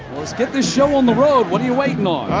get the show on the road. what are you waiting on.